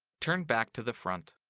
turn back to the front.